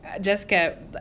Jessica